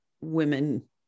women